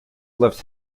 left